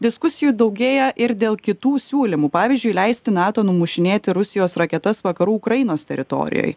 diskusijų daugėja ir dėl kitų siūlymų pavyzdžiui leisti nato numušinėti rusijos raketas vakarų ukrainos teritorijoje